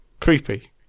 Creepy